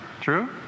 True